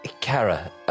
Kara